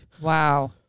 Wow